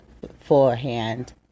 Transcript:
beforehand